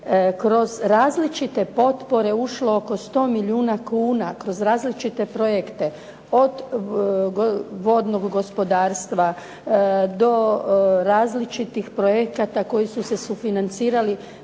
kroz različite potpore ušlo oko 100 milijuna kuna kroz različite projekte od vodnog gospodarstva do različitih projekata koji su se sufinancirali,